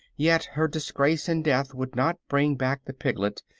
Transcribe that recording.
yet her disgrace and death would not bring back the piglet,